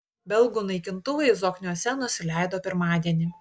belgų naikintuvai zokniuose nusileido pirmadienį